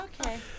Okay